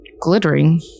glittering